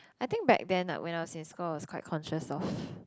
I think back then ah when I was in school I was quite conscious of